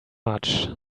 much